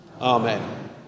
Amen